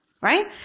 Right